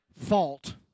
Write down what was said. fault